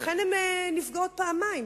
לכן, הן נפגעות פעמיים.